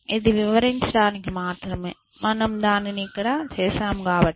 ఇది వివరించడానికి మాత్రమే మనము దానిని ఇక్కడ చేసాము కాబట్టి